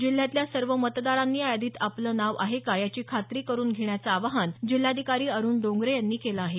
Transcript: जिल्ह्यातल्या सर्व मतदारांनी या यादीत आलं नाव आहे का याची खात्री करुन घेण्याचं आवाहन जिल्हाधिकारी अरुण डोंगरे यांनी केलं आहे